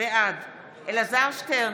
בעד אלעזר שטרן,